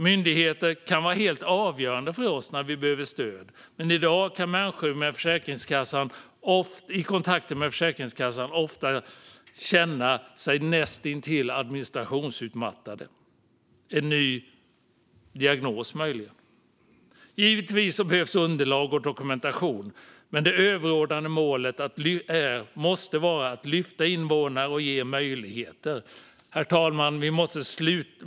Myndigheter kan vara helt avgörande för oss när vi behöver stöd, men i dag kan människor i kontakter med Försäkringskassan ofta känna sig nästintill administrationsutmattade - möjligen en ny diagnos. Givetvis behövs underlag och dokumentation, men det överordnade målet måste vara att lyfta invånare och ge dem möjligheter. Herr talman!